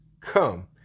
come